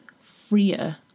freer